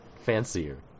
fancier